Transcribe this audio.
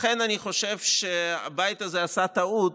לכן אני חושב שהבית הזה עשה טעות